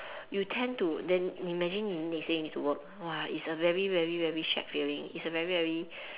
you tend to then imagine you next day need to work !wah! it's a very very very shagged feeling it's a very very